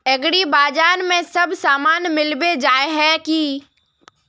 एग्रीबाजार में सब सामान मिलबे जाय है की?